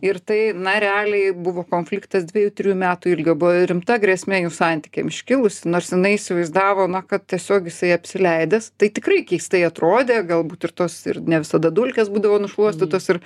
ir tai na realiai buvo konfliktas dviejų trijų metų ilgio buvo rimta grėsmė jų santykiam iškilusi nors jinai įsivaizdavo na kad tiesiog jisai apsileidęs tai tikrai keistai atrodė galbūt ir tos ir ne visada dulkės būdavo nušluostytos ir